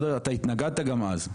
אתה התנגדת גם אז.